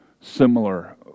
similar